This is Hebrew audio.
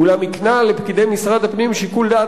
אולם הקנה לפקידי משרד הפנים שיקול דעת